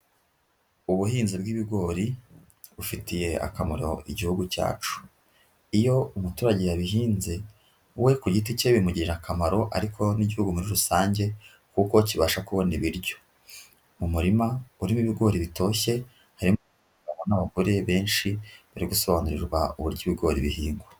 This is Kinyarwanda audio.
Ubuhinzi bw'ibigori, bufitiye akamaro igihugu cyacu. Iyo umuturage yabihinze, we ku giti cye bimugirira akamaro ariko n'igihugu muri rusange kuko kibasha kubona ibiryo. Mu murima urimo ibigori bitoshye, harimo abagabo n'abagore benshi, bari gusobanurirwa uburyo ibigori bihingwa.